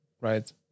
right